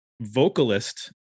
vocalist